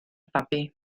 babi